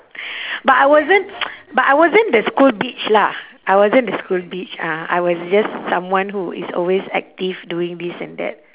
but I wasn't but I wasn't the school bitch lah I wasn't the school bitch uh I was just someone who is always active doing this and that